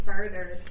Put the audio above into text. further